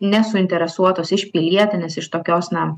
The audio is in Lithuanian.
nesuinteresuotos iš pilietinės iš tokios na